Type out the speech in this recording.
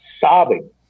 sobbing